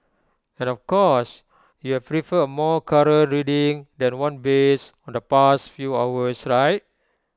and of course you'd prefer A more current reading than one based on the past few hours right